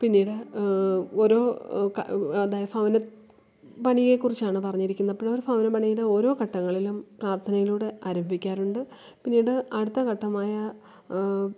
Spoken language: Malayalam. പിന്നീട് ഓരോ ക അതാ ഭവനപ്പണിയെക്കുറിച്ചാണ് പറഞ്ഞിരിക്കുന്നത് അപ്പോഴവര് ഭവനം പണിയുന്ന ഓരോ ഘട്ടങ്ങളിലും പ്രാര്ത്ഥനയിലൂടെ ആരംഭിക്കാറുണ്ട് പിന്നീട് അടുത്ത ഘട്ടമായ